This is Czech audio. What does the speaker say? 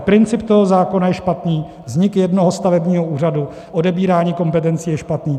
Princip toho zákona je špatný, vznik jednoho stavebního úřadu, odebírání kompetencí je špatné.